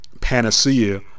panacea